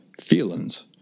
feelings